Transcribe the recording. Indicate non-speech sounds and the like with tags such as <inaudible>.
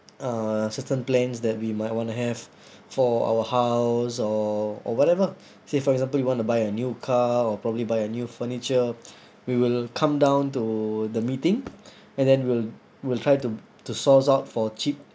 uh certain plans that we might want to have for our house or or whatever say for example you want to buy a new car or probably buy a new furniture <breath> we will come down to the meeting and then we'll we'll try to to source out for cheap